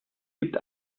gibt